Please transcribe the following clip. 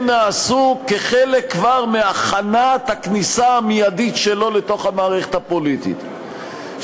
נעשו כחלק כבר מהכנת הכניסה המיידית שלו לתוך המערכת הפוליטית,